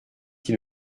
qui